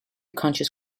conscious